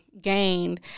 gained